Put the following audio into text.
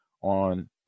on